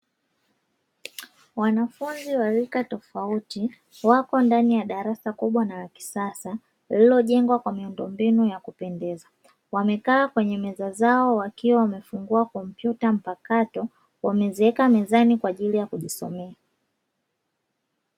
Wanafunzi wa rika tofauti wako ndani ya darasa kubwa na la kisasa, lililojengwa kwa miundombinu ya kupendeza. Wamekaa kwenye meza zao wakiwa wamefungua kompyuta mpakato, wameziweka mezani kwa ajili ya kujisomea.